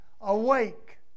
Awake